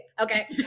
Okay